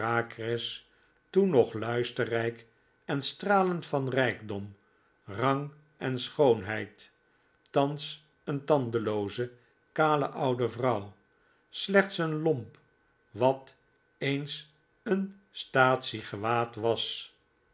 toen nog luisterrijk en stralend van rijkdom rang en schoonheid thans een tandelooze kale oude vrouw slechts een lomp wat eens een statiegewaad was